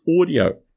audio